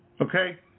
Okay